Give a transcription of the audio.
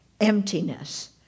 emptiness